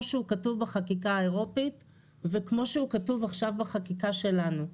שהוא כתוב בחקיקה האירופית וכמו שהוא כתוב עכשיו בחקיקה שלנו.